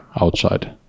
outside